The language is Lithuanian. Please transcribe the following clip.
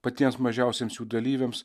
patiems mažiausiems jų dalyviams